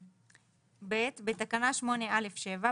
בתקנה 8א(7),